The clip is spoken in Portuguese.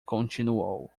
continuou